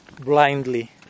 blindly